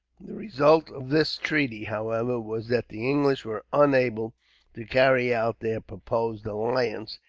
the result of this treaty, however, was that the english were unable to carry out their proposed alliance,